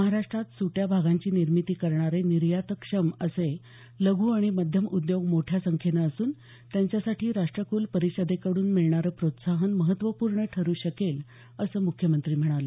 महाराष्ट्रात सुट्ट्या भागांची निर्मिती करणारे निर्यातक्षम असे लघ् आणि मध्यम उद्योग मोठ्या संख्येनं असून त्यांच्यासाठी राष्ट्रकुल परिषदेकड्रन मिळणारं प्रोत्साहन महत्त्वपूर्ण ठरू शकेल असं म्रख्यमंत्री म्हणाले